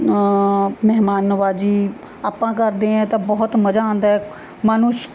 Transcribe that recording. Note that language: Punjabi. ਮਹਿਮਾਨ ਨਵਾਜੀ ਆਪਾਂ ਕਰਦੇ ਹਾਂ ਤਾਂ ਬਹੁਤ ਮਜ਼ਾ ਆਉਂਦਾ ਮਨ ਨੂੰ ਸ਼